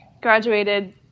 graduated